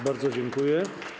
Bardzo dziękuję.